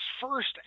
first